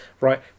Right